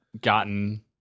gotten